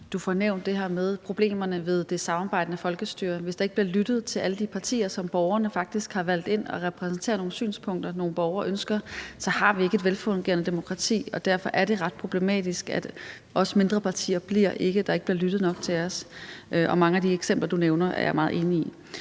det her med problemerne ved det samarbejdende folkestyre. Hvis der ikke bliver lyttet til alle de partier, som borgerne faktisk har valgt ind, og som repræsenterer nogle synspunkter, nogle borgere ønsker, så har vi ikke et velfungerende demokrati. Derfor er det ret problematisk, at der ikke bliver lyttet nok til os mindre partier, og mange af de eksempler, du nævner, er jeg meget enig i.